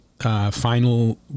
final